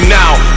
now